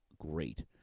great